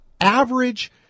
average